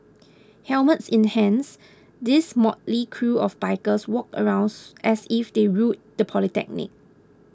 helmets in hands these motley crew of bikers walked around as if they ruled the polytechnic